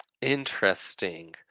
Interesting